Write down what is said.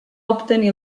obtenir